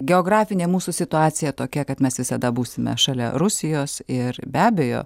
geografinė mūsų situacija tokia kad mes visada būsime šalia rusijos ir be abejo